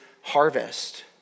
harvest